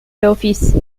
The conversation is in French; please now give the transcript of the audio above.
l’office